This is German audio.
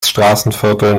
straßenvierteln